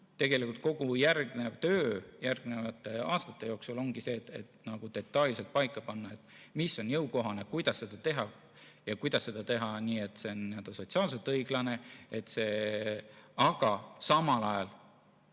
Tegelikult kogu järgnev töö järgnevate aastate jooksul ongi detailselt paika panna, mis on jõukohane, kuidas seda teha ja kuidas seda teha nii, et see on sotsiaalselt õiglane. Samal ajal